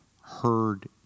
heard